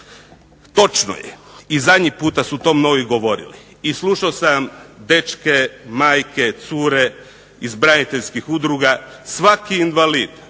Točno je i zadnji puta su to mnogi govorili i slušao sam dečke, majke, cure iz braniteljskih udruga, svaki invalid,